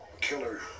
killer